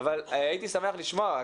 אבל הייתי שמח לשמוע,